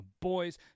boys